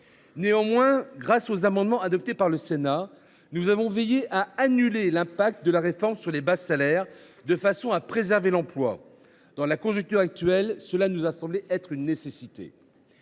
Néanmoins, grâce aux amendements adoptés par le Sénat, nous avons veillé à annuler les effets de la réforme sur les bas salaires, afin de préserver l’emploi. Dans la conjoncture actuelle, cela nous a semblé être une nécessité.